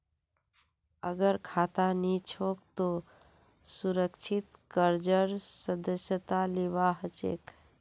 अगर खाता नी छोक त सुरक्षित कर्जेर सदस्यता लिबा हछेक